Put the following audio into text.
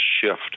shift